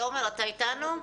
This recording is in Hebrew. עומר, אתה איתנו?